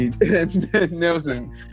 Nelson